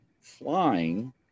flying